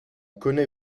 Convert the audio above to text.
connaît